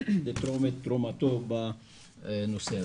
לתת ולתרום את חלקו בנושא הזה.